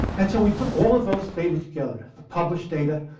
and so we put all of those data together, the published data,